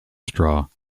straw